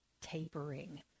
tapering